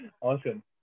Awesome